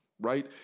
right